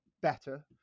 better